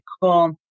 call